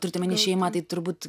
turit omeny šeimą tai turbūt